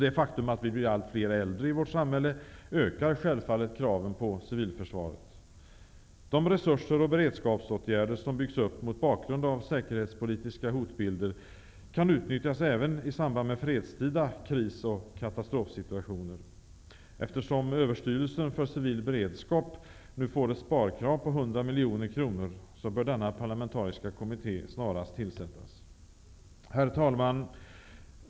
Det faktum att det blir allt fler äldre i vårt samhälle ökar självfallet kraven på civilförsvaret. De resurser och beredskapsåtgärder som byggs upp mot bakgrund av säkerhetspolitiska hotbilder kan utnyttjas även i samband med fredstida kris och katastrofsituationer. Eftersom Överstyrelsen för civil beredskap, ÖCB, nu får ett sparkrav på 100 miljoner kronor bör denna parlamentariska kommitte snarast tillsättas. Herr talman!